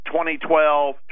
2012